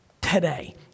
today